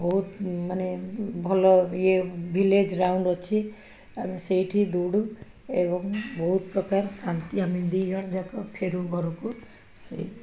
ବହୁତ ମାନେ ଭଲ ଇଏ ଭିଲେଜ୍ ରାଉଣ୍ଡ ଅଛି ଆମେ ସେଇଠି ଦୌଡ଼ୁ ଏବଂ ବହୁତ ପ୍ରକାର ଶାନ୍ତି ଆମେ ଦୁଇ ଜଣ ଯାକ ଫେରୁ ଘରକୁ